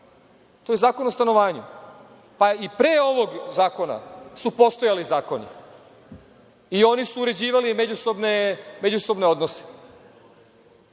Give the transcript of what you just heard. to je Zakon o stanovanju. Pa, i pre ovog zakona su postojali zakoni i oni su uređivali međusobne odnose.